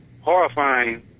horrifying